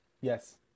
Yes